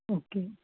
okay